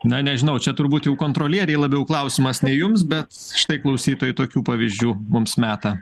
na nežinau čia turbūt jau kontrolierei labiau klausimas ne jums bet štai klausytojai tokių pavyzdžių mums meta